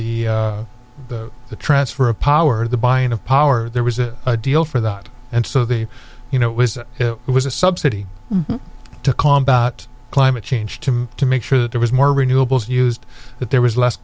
and the the transfer of power the buying of power there was a deal for that and so they you know it was it was a subsidy to combat climate change to to make sure that there was more renewables used that there was less